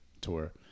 tour